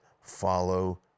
follow